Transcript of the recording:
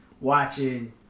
watching